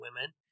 women